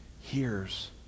hears